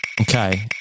okay